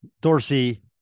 Dorsey